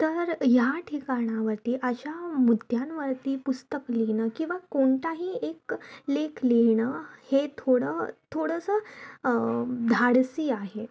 तर ह्या ठिकाणावरती अशा मुद्द्यांवरती पुस्तक लिहिणं किंवा कोणताही एक लेख लिहिणं हे थोडं थोडंसं धाडसी आहे